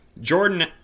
Jordan